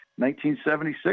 1976